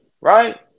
right